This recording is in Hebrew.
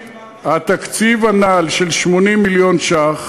התקציב הנ"ל של 80 מיליון ש"ח